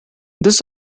this